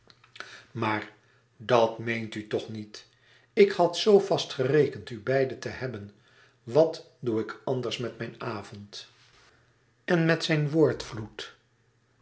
maar dat meent u toch niet ik had zoo vast gerekend u beiden te hebben wat doe ik anders met mijn avond en met zijn